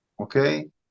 okay